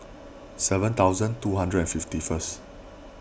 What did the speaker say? seven thousand two hundred and fifty first